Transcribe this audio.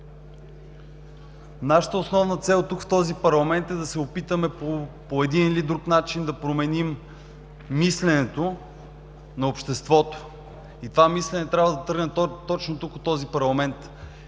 Нашата основна цел в този парламент е да се опитаме по един или друг начин да променим мисленето на обществото и това мислене трябва да тръгне точно тук, от този парламент.